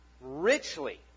Richly